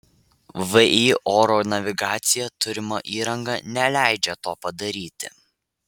vį oro navigacija turima įranga neleidžia to padaryti